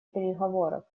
переговоров